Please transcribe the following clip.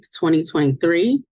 2023